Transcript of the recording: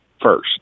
first